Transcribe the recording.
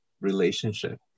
relationship